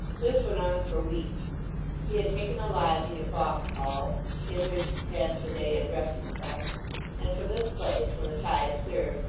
this went on for weeks he had taken a lodging at vauxhall in which to pass the day and rest himself and from this place, when the tide served,